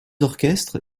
orchestres